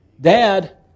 Dad